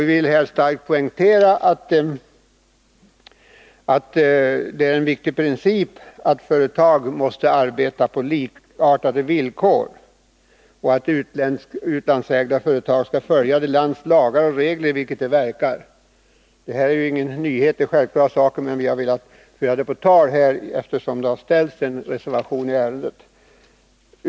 Vi vill starkt poängtera att det är en viktig princip att utlandsägda och svenska företag måste arbeta under likartade villkor och att utlandsägda företag skall följa lagar och regler i det land vilket de verkar. Detta är inte några nyheter utan självklara saker, men vi har velat föra dem på tal, eftersom det har fogats en reservation till betänkandet.